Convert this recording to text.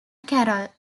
carroll